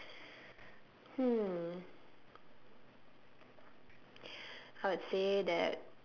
hmm I would say that